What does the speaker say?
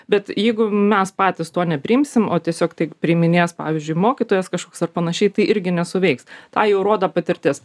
bet jeigu mes patys to nepriimsim o tiesiog tai priiminėjęs pavyzdžiui mokytojas kažkoks ar panašiai tai irgi nesuveiks tą jau rodo patirtis